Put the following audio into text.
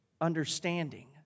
understanding